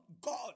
God